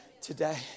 today